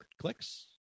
clicks